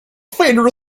federal